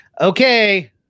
okay